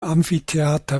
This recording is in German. amphitheater